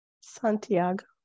Santiago